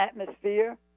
atmosphere